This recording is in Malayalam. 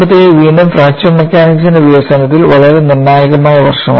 1957 വീണ്ടും ഫ്രാക്ചർ മെക്കാനിക്സിന്റെ വികസനത്തിൽ വളരെ നിർണായകമായ വർഷമാണ്